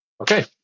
Okay